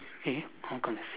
eh